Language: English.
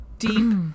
Deep